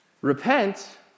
Repent